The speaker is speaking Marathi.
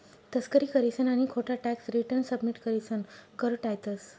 तस्करी करीसन आणि खोटा टॅक्स रिटर्न सबमिट करीसन कर टायतंस